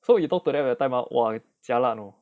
so you talk to them that time ah !wah! jialat you know